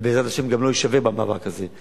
ובעזרת השם גם לא אשבר במאבק הזה.